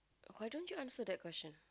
why don't you answer that question